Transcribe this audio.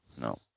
No